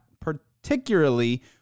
particularly